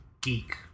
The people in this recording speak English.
geek